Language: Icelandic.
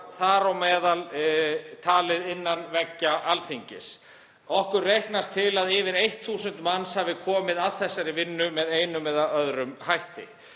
þar með talið innan veggja Alþingis. Okkur reiknast til að yfir 1.000 manns hafi komið að þessari vinnu með einum eða öðrum hætti.